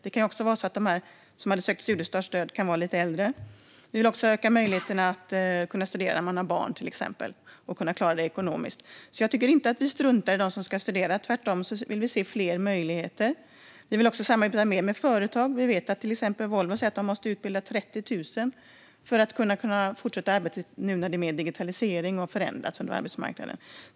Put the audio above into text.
Det kan också vara så att de som hade sökt studiestartsstöd är lite äldre. Vi vill också öka möjligheterna att studera när man har barn, till exempel, och kunna klara det ekonomiskt. Jag tycker inte att vi struntar i dem som ska studera. Vi vill tvärtom se fler möjligheter. Vi vill också samarbeta mer med företag. Vi vet att till exempel Volvo säger att de måste utbilda 30 000 för att kunna fortsätta arbetet nu när det är mer digitalisering och det har förändrat arbetsmarknaden.